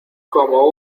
como